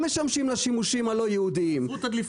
הם משמשים לשימושים הלא ייעודיים.